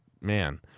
man